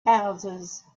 houses